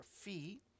Fee